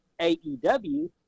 AEW